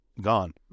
gone